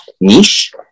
niche